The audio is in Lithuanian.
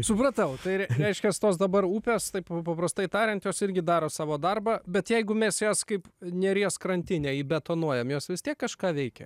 supratau tai reiškias tos dabar upes taip paprastai tariant jos irgi daro savo darbą bet jeigu mes jas kaip neries krantinę įbetonuojami jos vis tiek kažką veikia